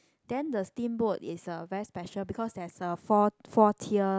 then the steamboat is uh very special because there's a four four tier